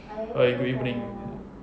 hi good evening